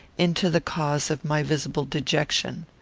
into the cause of my visible dejection.